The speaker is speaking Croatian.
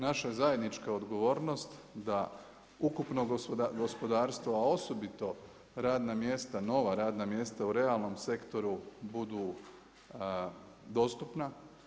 Naša zajednička odgovornost da ukupno gospodarstvo, a osobito radna mjesta, nova radna mjesta u realnom sektoru budu dostupna.